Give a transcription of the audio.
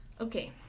Okay